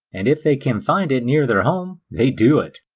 and if they can find it near their home they do it.